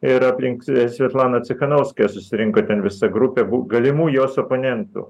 ir aplink sviatlaną cichanouskają susirinko ten visa grupė bu galimų jos oponentų